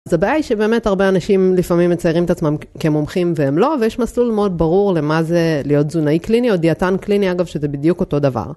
זה בעיה היא שבאמת הרבה אנשים לפעמים מציירים את עצמם כמומחים והם לא ויש מסלול מאוד ברור למה זה להיות תזונאי קליני או דיאטן קליני אגב שזה בדיוק אותו דבר.